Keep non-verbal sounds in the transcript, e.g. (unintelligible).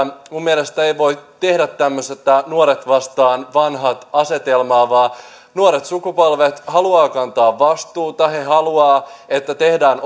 minun mielestäni ei voi tehdä tämmöistä nuoret vastaan vanhat asetelmaa vaan nuoret sukupolvet haluavat kantaa vastuuta he haluavat että tehdään (unintelligible)